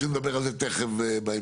אבל נדבר על זה תכף בהמשך.